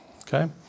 Okay